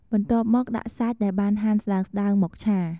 បន្ទាប់មកដាក់សាច់ដែលបានហាន់ស្តើងៗ មកឆា។